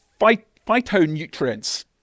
phytonutrients